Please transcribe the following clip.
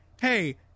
Hey